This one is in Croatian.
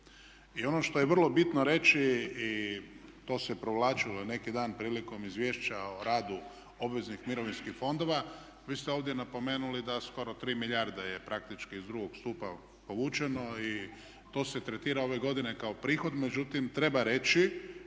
I ono što je vrlo bitno reći i to se provlačilo i neki dan prilikom Izvješća o radu obveznih mirovinskih fondova, vi ste ovdje napomenuli da skoro 3 milijarde je praktički iz drugog stupa povučeno. I to se tretira ove godine kao prihod međutim, treba reći